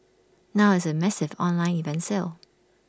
now it's A massive online event sale